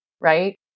right